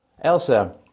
Elsa